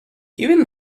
even